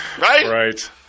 Right